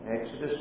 Exodus